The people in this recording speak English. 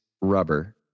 rubber